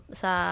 sa